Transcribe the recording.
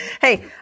Hey